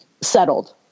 settled